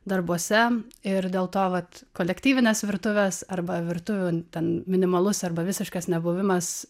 darbuose ir dėl to vat kolektyvinės virtuvės arba virtuvių ten minimalus arba visiškas nebuvimas